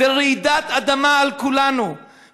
זה רעידת אדמה על כולנו,